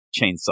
Chainsaw